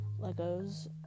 Legos